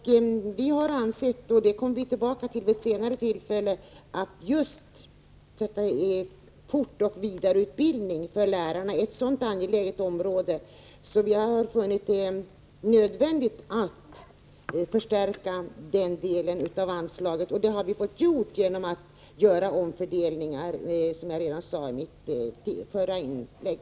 Vi har ansett — vi kommer tillbaka till det vid ett senare tillfälle — att just fortoch vidareutbildningen för lärare är ett så angeläget område att vi har funnit det nödvändigt att förstärka den delen av anslaget. Det har vi gjort genom en omfördelning, som jag redan sade i mitt förra inlägg.